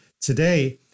Today